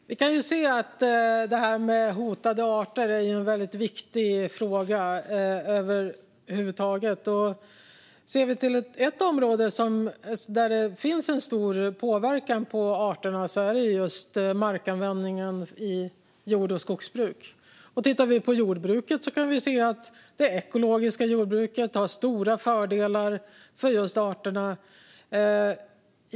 Fru talman! Vi kan se att detta med hotade arter är en väldigt viktig fråga över huvud taget. Ett område där det sker en stor påverkan är just markanvändningen inom jord och skogsbruk. Tittar vi på jordbruket kan vi se att det ekologiska jordbruket har stora fördelar för arterna.